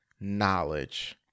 knowledge